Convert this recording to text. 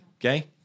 Okay